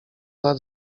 lat